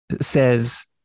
says